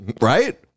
Right